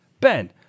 Ben